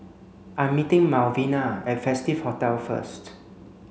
I'm meeting Malvina at Festive Hotel first